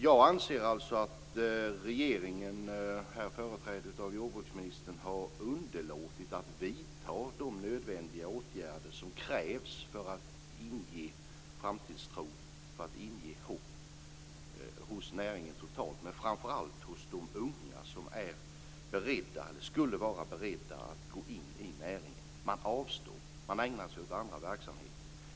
Jag anser att regeringen, här företrädd av jordbruksministern, har underlåtit att vidta de åtgärder som krävs för att inge hopp och framtidstro hos näringen totalt men framför allt hos de unga som skulle vara beredda att gå in i näringen. De avstår och ägnar sig åt andra verksamheter.